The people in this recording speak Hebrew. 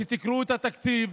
שתקראו את התקציב.